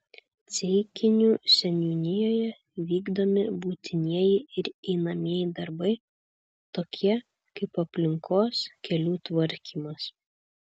ceikinių seniūnijoje vykdomi būtinieji ir einamieji darbai tokie kaip aplinkos kelių tvarkymas